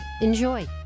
Enjoy